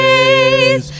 Days